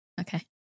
Okay